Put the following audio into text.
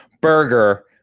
burger